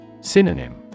Synonym